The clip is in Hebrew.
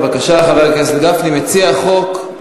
בבקשה, חבר הכנסת גפני, מציע החוק,